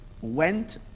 went